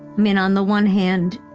mean, on the one hand,